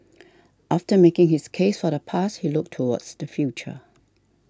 after making his case for the past he looked towards the future